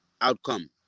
outcome